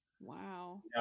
Wow